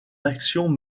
actions